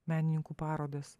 menininkų parodas